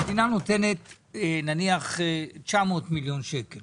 המדינה נותנת נניח 900 מיליון שקל